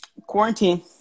quarantine